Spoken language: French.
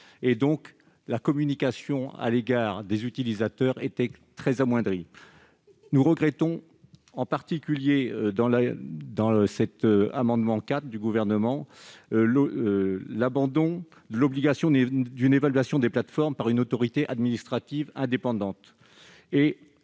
; la communication avec les utilisateurs en aurait largement pâti. Nous regrettons en particulier, dans cet amendement n° 4 du Gouvernement, l'abandon de l'obligation d'une évaluation des plateformes par une autorité administrative indépendante